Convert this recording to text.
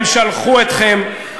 הם שלחו אתכם.